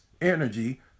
energy